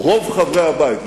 רוב חברי הבית,